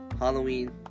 Halloween